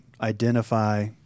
identify